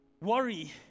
worry